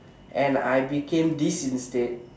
and I became this instead